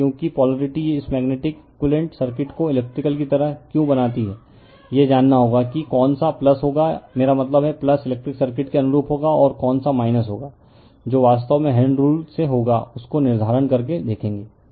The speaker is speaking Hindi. तो क्योंकि पोलरिटी इस मेग्नेटिक इकउइवेलेंट सर्किट को इलेक्ट्रिकल की तरह क्यों बनाती है यह जानना होगा कि कौन सा होगा मेरा मतलब इलेक्ट्रिकल सर्किट के अनुरूप होगा और कौन सा होगा जो वास्तव में हैण्ड रूल से होगा उस को निर्धारण करके देखेंगे